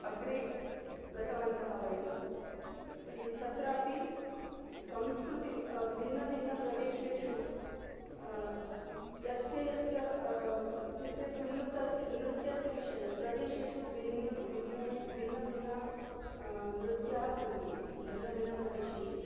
अग्रे गतवन्तः वयं तर्हि तत्रापि संस्कृतिं भिन्नभिन्नप्रदेशेषु यस्य यस्य चिन्तयतु नृत्तस्य नृत्यस्य विषये प्रदेशेषु भिन्न भिन्ने भिन्नभिन्न नृत्याः सन्ति भिन्नभिन्नप्रदेशेषु